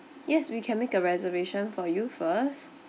yes we can make a reservation for you first